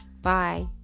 Bye